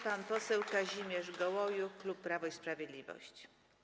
Pan poseł Kazimierz Gołojuch, klub Prawo i Sprawiedliwość.